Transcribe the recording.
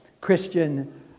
Christian